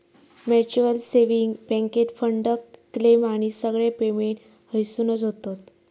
mutual saving बॅन्केत fund, claim आणि सगळे पेमेंट हयसूनच होतत